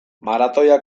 maratoia